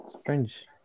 strange